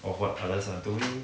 of what others are doing